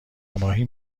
ماهی